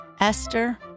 Esther